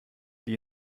die